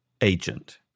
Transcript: agent